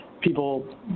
people